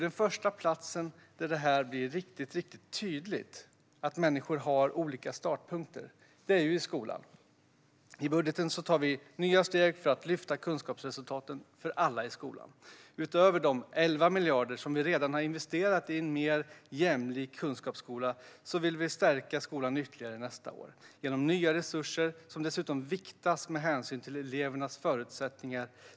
Den första platsen där det blir riktigt tydligt att människor har olika startpunkter är skolan. I budgeten tar vi nya steg för att lyfta kunskapsresultaten för alla i skolan. Utöver de 11 miljarder som redan har investerats i en mer jämlik kunskapsskola vill vi stärka skolan ytterligare nästa år med hjälp av nya resurser som dessutom viktas med hänsyn till elevernas förutsättningar.